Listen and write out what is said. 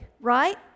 right